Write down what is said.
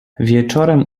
wieczorem